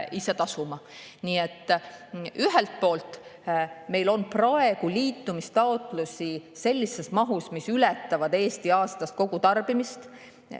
tasuma. Ühelt poolt on meil praegu liitumistaotlusi sellises mahus, mis ületavad Eesti aastast kogutarbimist.